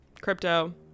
crypto